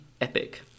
epic